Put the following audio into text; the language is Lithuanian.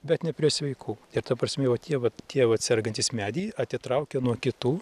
bet ne prie sveikų ir ta prasme va tie vat tie vat sergantys medei atitraukia nuo kitų